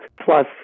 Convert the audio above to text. plus